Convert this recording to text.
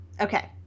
Okay